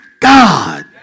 God